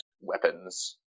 weapons